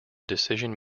decision